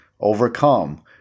overcome